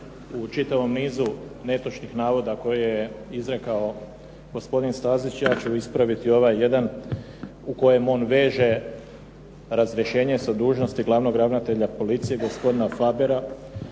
U čitavom nizu netočnih navoda koje je izrekao gospodin Stazić ja ću ispraviti ovaj jedan u kojem on veže razrješenje sa dužnosti glavnog ravnatelja policije, gospodina Fabera,